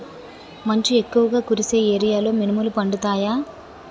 మంచు ఎక్కువుగా కురిసే ఏరియాలో మినుములు పండుతాయా?